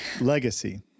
Legacy